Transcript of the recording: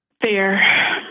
Fair